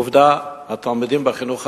עובדה, התלמידים בחינוך החרדי,